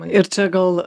ir čia gal